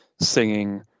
singing